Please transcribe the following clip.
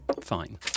fine